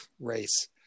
race